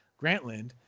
Grantland